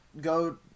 Go